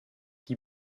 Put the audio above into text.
die